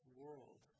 world